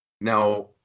Now